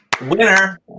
Winner